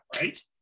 right